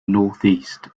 northeast